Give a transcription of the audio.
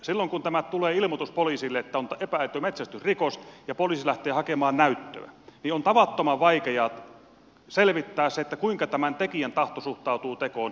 silloin kun tulee ilmoitus poliisille että on metsästysrikosepäily ja poliisi lähtee hakemaan näyttöä niin on tavattoman vaikea selvittää sitä kuinka tämän tekijän tahto suhtautuu tekoon